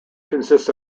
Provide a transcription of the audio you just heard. consists